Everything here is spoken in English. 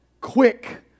quick